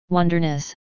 Wonderness